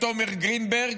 עם תומר גרינברג,